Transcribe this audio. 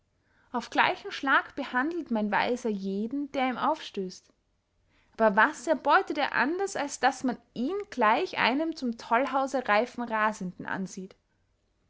auf gleichen schlag behandelt mein weiser jeden der ihm aufstößt aber was erbeutet er anders als daß man ihn gleich einem zum tollhause reifen rasenden ansieht